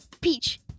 Peach